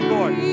Lord